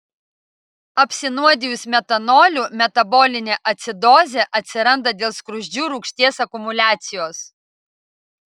apsinuodijus metanoliu metabolinė acidozė atsiranda dėl skruzdžių rūgšties akumuliacijos